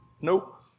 Nope